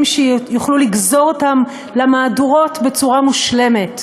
שיוכלו לגזור אותם למהדורות בצורה מושלמת,